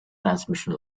transmission